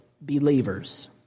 believers